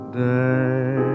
day